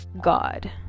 God